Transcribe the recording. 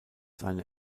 seine